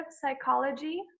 psychology